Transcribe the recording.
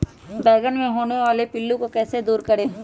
बैंगन मे होने वाले पिल्लू को कैसे दूर करें?